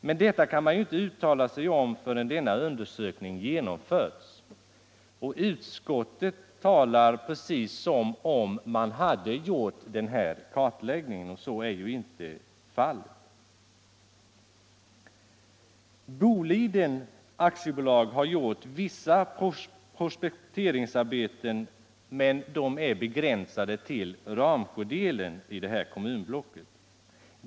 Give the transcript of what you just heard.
Men detta kan man ju inte uttala sig om förrän undersökningen genomförts. Vad jag kan förstå har inga undersökningar av någon nämnvärd omfattning företagits i västra Hälsingland. Boliden AB har gjort vissa prospekteringsarbeten begränsade till Ramsjö-delen.